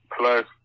plus